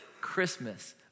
Christmas